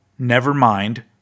Nevermind